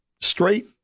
straight